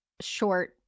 short